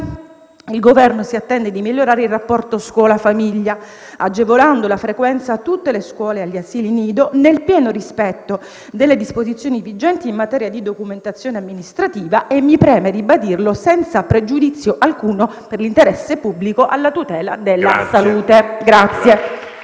il Governo si attende di migliorare il rapporto scuola-famiglia, agevolando la frequenza a tutte le scuole e agli asili nido, nel pieno rispetto delle disposizioni vigenti in materia di documentazione amministrativa e - mi preme ribadirlo - senza pregiudizio alcuno per l'interesse pubblico alla tutela della salute.